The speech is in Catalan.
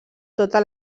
tota